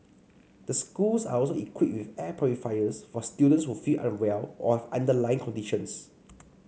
the schools are also equipped with air purifiers for students who feel unwell or have underlie conditions